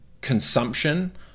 consumption